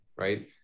right